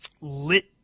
lit